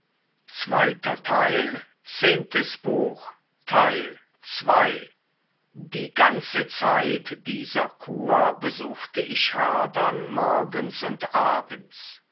die ganze zeit dieser kur besuchte ich herdern morgens und abends